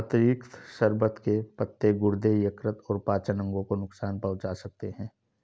अतिरिक्त शर्बत के पत्ते गुर्दे, यकृत और पाचन अंगों को नुकसान पहुंचा सकते हैं